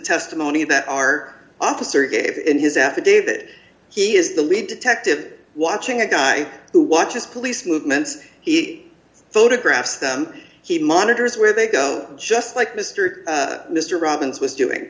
testimony that our officer gave in his affidavit he is the lead detective watching a guy who watches police movements he photographs he monitors where they go just like mr mr robbins was doing